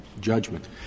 judgment